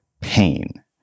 pain